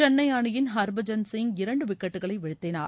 சென்னை அணியின் ஹர்பஜன் சிங் இரண்டு விக்கெட்டுகளை வீழ்த்தினார்